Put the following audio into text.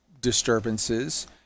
disturbances